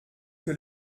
que